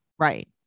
Right